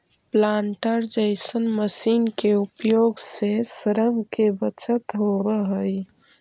planter जईसन machine के उपयोग से श्रम के बचत होवऽ हई